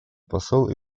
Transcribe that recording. посол